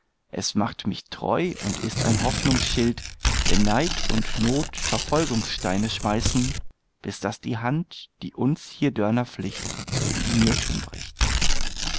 es macht mich treu und ist ein hoffnungsschild wenn neid und not verfolgungssteine schmeißen bis daß die hand die uns hier dörner flicht die myrten bricht